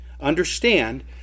Understand